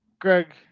Greg